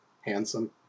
handsome